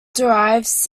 derives